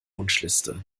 wunschliste